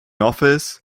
office